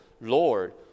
Lord